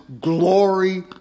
Glory